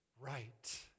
right